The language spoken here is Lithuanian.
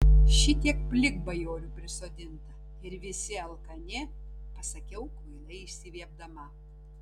šitiek plikbajorių prisodinta ir visi alkani pasakiau kvailai išsiviepdama